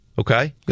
Okay